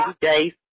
days